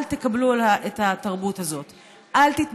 אל תקבלו את התרבות הזאת,